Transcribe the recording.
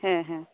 ᱦᱮᱸ ᱦᱮᱸ